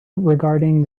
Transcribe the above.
regarding